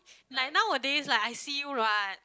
like nowadays like I see you run